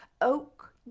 oak